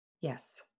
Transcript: yes